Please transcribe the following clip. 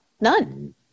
none